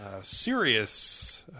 serious